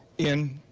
in